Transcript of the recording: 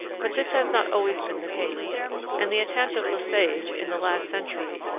but this has not always been the case and the attempt of le sage, in the last century,